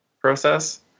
process